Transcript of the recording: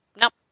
nope